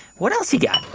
what else you got?